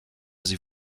sie